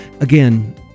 again